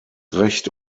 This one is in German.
recht